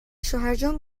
شوهرجان